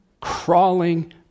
crawling